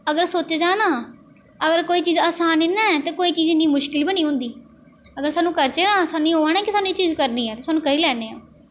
अगर सोचेआ जा ना अगर कोई चीज़ आसान नेईं ना ऐ ते कोई चीज़ इन्नी मुश्किल बी नेईं होंदी अगर सानूं करचै ना असानी होऐ नि कि सानूं एह् चीज़ करनी ऐ सानूं करी लैन्ने आं